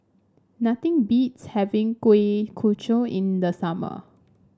nothing beats having Kuih Kochi in the summer